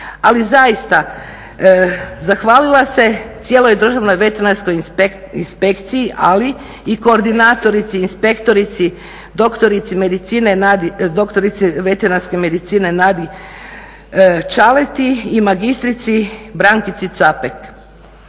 ali zaista zahvalila se cijeloj Državnoj veterinarskoj inspekciji ali i koordinatorici, inspektorici doktorici medicine, doktorici veterinarske medicine Nadi Čaleti i magistrici Brankici Capek.